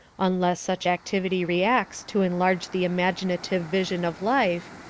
unless such activity reacts to enlarge the imaginative vision of life,